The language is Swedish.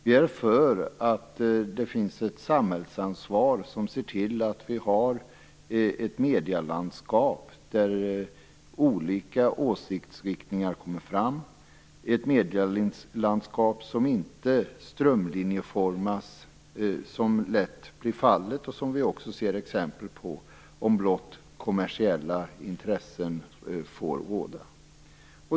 Vi är för att det finns ett samhällsansvar som ser till att vi har ett medielandskap där olika åsiktsriktningar kommer fram - ett medielandskap som inte strömlinjeformas, vilket vi ser exempel på lätt blir fallet om blott kommersiella intressen får råda.